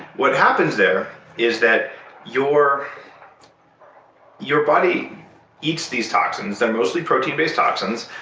what happens there is that your your body eats these toxins. they're mostly protein based toxins.